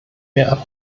mehr